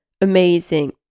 amazing